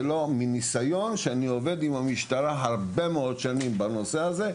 ומניסיון שלי מעבודה רבת שנים לצד המשטרה,